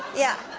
yeah.